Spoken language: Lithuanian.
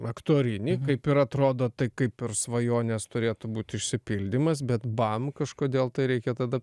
aktorinį kaip ir atrodo tai kaip ir svajonės turėtų būti išsipildymas bet bam kažkodėl tai reikia tada